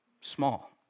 small